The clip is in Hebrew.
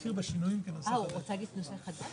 (הישיבה נפסקה בשעה